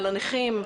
על הנכים,